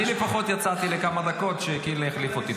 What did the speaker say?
אני לפחות יצאתי לכמה דקות כשקינלי החליף אותי.